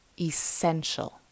essential